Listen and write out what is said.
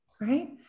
right